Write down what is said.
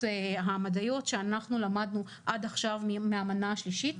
המדעיות שאנחנו למדנו עד עכשיו מהמנה השלישית,